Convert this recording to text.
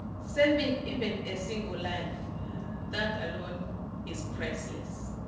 saving even a single life that alone is precious.